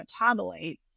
metabolites